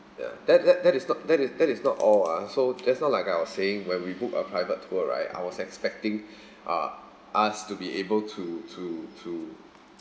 that that is not that is that is not all ah so just now like I was saying when we booked a private tour right I was expecting uh us to be able to to to